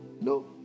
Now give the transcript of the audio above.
No